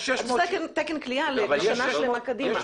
אתה עושה תקן כליאה לשנה שלמה קדימה.